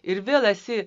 ir vėl esi